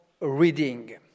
reading